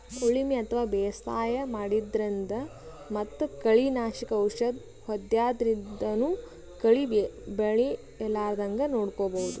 ಉಳಿಮೆ ಅಥವಾ ಬೇಸಾಯ ಮಾಡದ್ರಿನ್ದ್ ಮತ್ತ್ ಕಳಿ ನಾಶಕ್ ಔಷದ್ ಹೋದ್ಯಾದ್ರಿನ್ದನೂ ಕಳಿ ಬೆಳಿಲಾರದಂಗ್ ನೋಡ್ಕೊಬಹುದ್